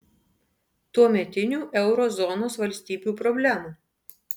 tuometinių euro zonos valstybių problemų